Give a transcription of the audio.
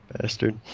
bastard